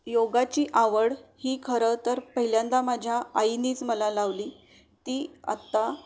योगाची आवड ही खरं तर पहिल्यांदा माझ्या आईनेच मला लावली ती आत्ता